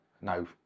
no